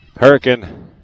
Hurricane